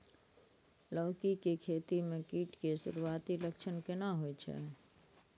लौकी के खेती मे कीट के सुरूआती लक्षण केना होय छै?